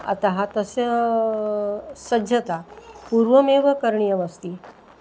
अतः तस्य सज्जता पूर्वमेव करणीयास्ति